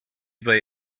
bay